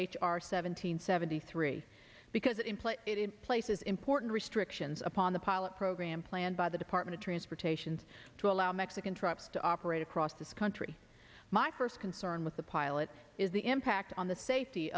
h r seven hundred seventy three because in place it in place is important restrictions upon the pilot program planned by the department of transportation to allow mexican trucks to operate across this country my first concern with the pilot is the impact on the safety